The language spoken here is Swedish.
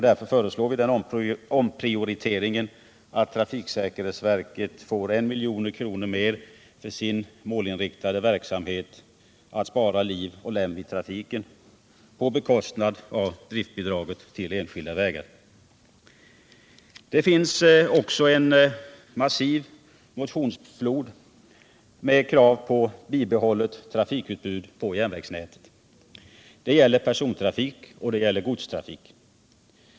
Vi föreslår den omprioriteringen att trafiksäkerhetsverket får 1 milj.kr. mer för sin målinriktade verksamhet — att spara liv och lem i trafiken — på bekostnad av driftbidraget till enskilda vägar. Det finns också en massiv motionsflod med krav på ett bibehållande av trafikutbudet på järnvägsnätet. Det gäller både personoch godstrafik.